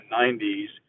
90s